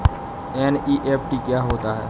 NEFT क्या होता है?